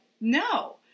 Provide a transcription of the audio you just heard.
no